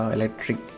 Electric